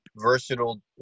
versatile